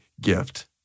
gift